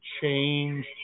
change